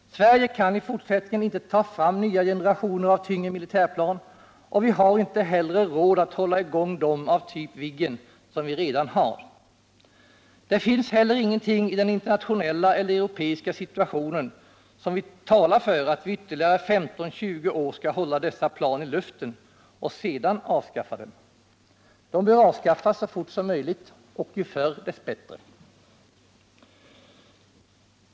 Sverige kan i fortsättningen inte ta fram nya generationer av tyngre militärplan, och vi har inte heller råd att hålla i gång de plan av typ Viggen som vi redan har. Det finns heller ingenting i den internationella eller i den europeiska situationen som talar för att vi i ytterligare 15 eller 20 år skall hålla dessa plan i luften och sedan avskaffa dem. De bör avskaffas så fort som möjligt — ju förr dess bättre.